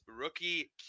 rookie